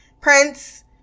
Prince